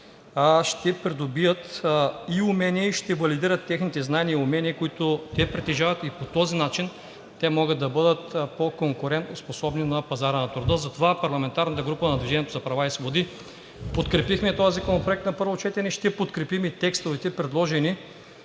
ще придобият и умения, и ще валидират техните знания и умения, които притежават. По този начин те могат да бъдат по-конкурентоспособни на пазара на труда. Затова от парламентарната група на „Движение за права и свободи“ подкрепихме този законопроект на първо четене, ще подкрепим и текстовете, предложени